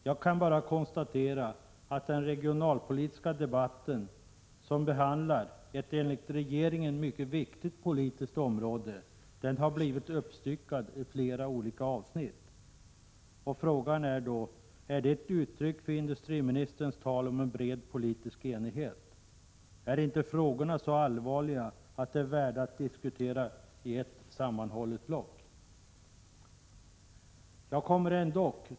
Jag kan bara konstatera att den regionalpolitiska debatt som behandlar ett enligt regeringen mycket viktigt politiskt område har blivit uppstyckad i flera olika avsnitt. Frågan är då: Är det ett uttryck för industriministerns tal om en bred politisk enighet? Är inte frågorna så allvarliga att de är värda att diskuteras i ett sammanhållet block?